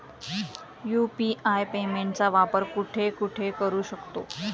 UPI पेमेंटचा वापर कुठे कुठे करू शकतो?